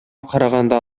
караганда